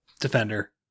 defender